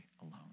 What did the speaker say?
alone